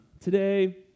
Today